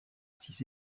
six